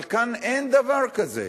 אבל כאן אין דבר כזה.